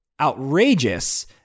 outrageous